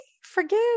forgive